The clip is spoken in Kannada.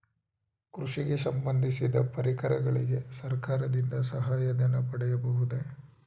ಕೃಷಿಗೆ ಸಂಬಂದಿಸಿದ ಪರಿಕರಗಳಿಗೆ ಸರ್ಕಾರದಿಂದ ಸಹಾಯ ಧನ ಪಡೆಯಬಹುದೇ?